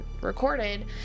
recorded